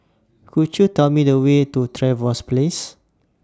Could YOU Tell Me The Way to Trevose Place